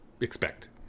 expect